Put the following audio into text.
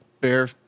bear